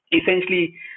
essentially